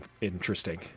interesting